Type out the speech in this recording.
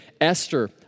Esther